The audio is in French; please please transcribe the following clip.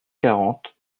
quarante